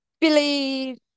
Billy